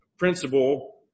principle